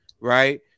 Right